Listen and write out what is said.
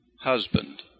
Husband